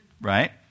right